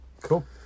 Cool